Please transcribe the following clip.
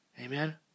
Amen